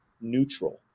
neutral